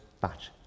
batch